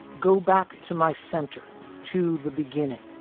go back to my center to the beginning.